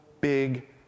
big